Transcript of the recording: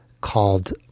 called